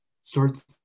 Starts